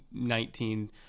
2019